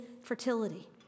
fertility